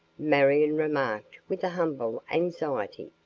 marion remarked with humble anxiety.